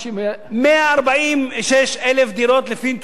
146,000 דירות לפי נתוני הלמ"ס הן דירות ריקות.